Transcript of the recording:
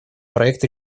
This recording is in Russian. проект